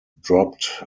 dropped